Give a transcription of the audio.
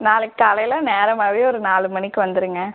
நாளைக்கு காலையில் நேரமாகவே ஒரு நாலு மணிக்கு வந்துடுங்க